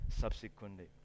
subsequently